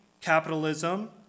capitalism